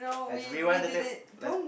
let's let's rewind the tape